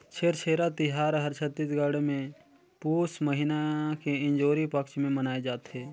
छेरछेरा तिहार हर छत्तीसगढ़ मे पुस महिना के इंजोरी पक्छ मे मनाए जथे